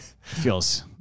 feels